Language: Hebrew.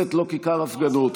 לזכר